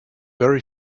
very